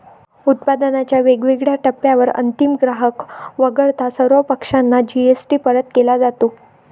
उत्पादनाच्या वेगवेगळ्या टप्प्यांवर अंतिम ग्राहक वगळता सर्व पक्षांना जी.एस.टी परत केला जातो